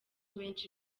benshi